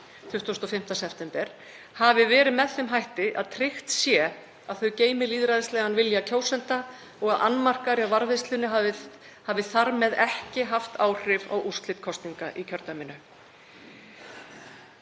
25. september hafi verið með þeim hætti að tryggt sé að þau geymi lýðræðislegan vilja kjósenda og að annmarkar á varðveislunni hafi þar með ekki haft áhrif á úrslit kosninganna í kjördæminu.